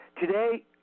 Today